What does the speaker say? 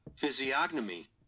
Physiognomy